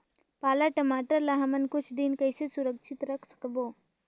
पाला टमाटर ला हमन कुछ दिन कइसे सुरक्षित रखे सकबो?